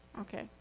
Okay